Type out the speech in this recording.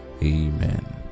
Amen